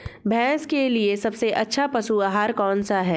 भैंस के लिए सबसे अच्छा पशु आहार कौन सा है?